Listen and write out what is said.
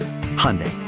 Hyundai